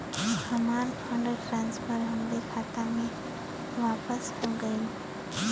हमार fund transfer हमरे खाता मे वापस हो गईल